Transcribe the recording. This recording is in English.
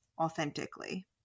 authentically